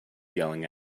yelling